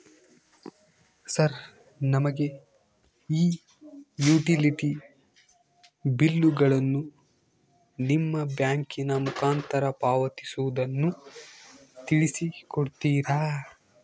Sir ನಮಗೆ ಈ utility ಬಿಲ್ಲುಗಳನ್ನು ನಿಮ್ಮ ಬ್ಯಾಂಕಿನ ಮುಖಾಂತರ ಪಾವತಿಸುವುದನ್ನು ತಿಳಿಸಿ ಕೊಡ್ತೇರಾ?